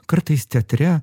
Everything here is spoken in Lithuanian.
kartais teatre